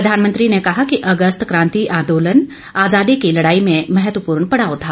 प्रधानमंत्री नरेन्द्र मोदी ने कहा कि अगस्त क्रांति आंदोलन आजादी की लड़ाई में महत्वपूर्ण पड़ाव था